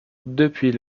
depuis